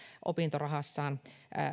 opintorahassaan